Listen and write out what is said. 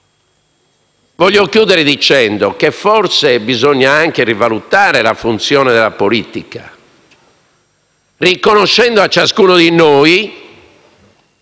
voglio concludere dicendo che forse bisogna anche rivalutare la funzione della politica, riconoscendo a ciascuno di noi